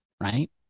right